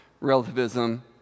relativism